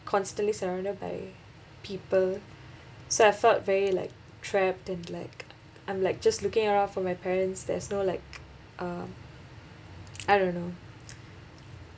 constantly surrounded by people so I felt very like trapped and like I'm like just looking around for my parents there's no like um I don't know